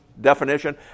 definition